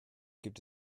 gibt